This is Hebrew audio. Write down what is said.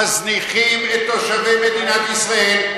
מזניחים את תושבי מדינת ישראל,